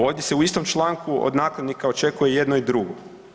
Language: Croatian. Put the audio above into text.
Ovdje se u istom članku od nakladnika očekuje i jedno i drugo.